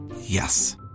Yes